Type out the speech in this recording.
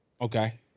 Okay